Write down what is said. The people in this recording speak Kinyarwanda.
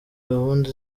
gahunda